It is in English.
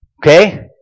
Okay